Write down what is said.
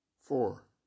Four